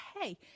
hey